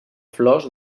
flors